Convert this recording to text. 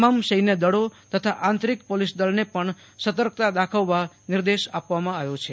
તમામ સૈન્યદળો તથા આંતરિક પોલીસ દળને પણ સતર્કતા રાખવા નિર્દેશ આપવામાં આવ્યો છે